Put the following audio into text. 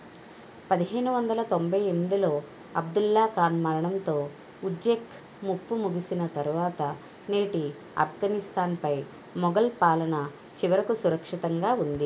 పదిహేను వందల తొంభై ఎనిమిదిలో అబ్దుల్లా ఖాన్ మరణంతో ఉజ్బెక్ ముప్పు ముగిసిన తర్వాత నేటి ఆఫ్ఘనిస్తాన్పై మొఘల్ పాలన చివరకు సురక్షితంగా ఉంది